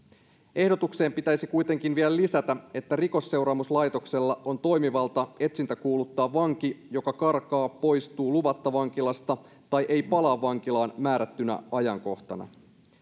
ehdotukseen pitäisi kuitenkin vielä lisätä että rikosseuraamuslaitoksella on toimivalta etsintäkuuluttaa vanki joka karkaa poistuu luvatta vankilasta tai ei palaa vankilaan määrättynä ajankohtana